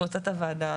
זו החלטת הוועדה.